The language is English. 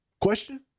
question